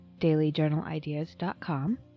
dailyjournalideas.com